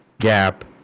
gap